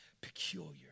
peculiar